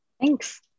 Thanks